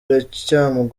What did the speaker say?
cyane